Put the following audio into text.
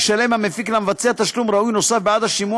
ישלם המפיק למבצע תשלום ראוי נוסף בעד השימוש